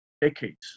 decades